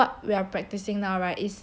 what we are practising now right is